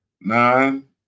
nine